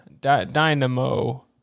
Dynamo